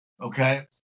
Okay